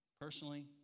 Personally